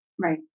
Right